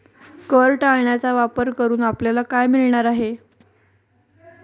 कर टाळण्याचा वापर करून आपल्याला काय मिळणार आहे?